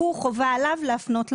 חובה עליו להפנות למרב"ד.